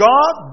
God